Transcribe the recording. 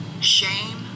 shame